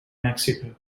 mexico